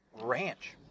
ranch